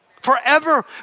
Forever